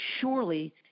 surely